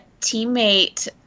teammate